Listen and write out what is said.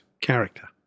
character